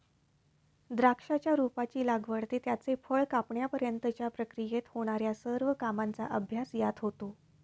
द्राक्षाच्या रोपाची लागवड ते त्याचे फळ कापण्यापर्यंतच्या प्रक्रियेत होणार्या सर्व कामांचा अभ्यास यात होतो